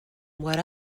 what